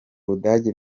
budage